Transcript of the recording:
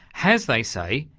has, they say,